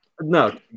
No